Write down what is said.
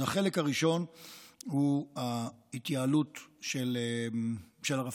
אז החלק הראשון הוא ההתייעלות של הרפתנים.